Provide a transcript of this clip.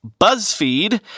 BuzzFeed